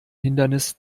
hindernis